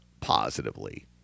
positively